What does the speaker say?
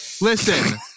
Listen